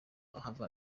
ahava